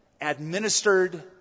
administered